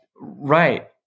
right